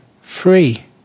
free